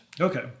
Okay